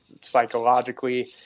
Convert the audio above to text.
psychologically